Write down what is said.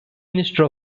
minister